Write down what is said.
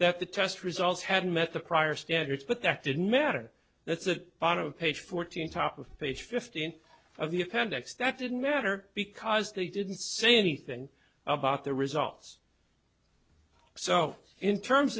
that the test results had met the prior standards but that didn't matter that's the bottom of page fourteen top of page fifteen of the appendix that didn't matter because they didn't say anything about the results so in terms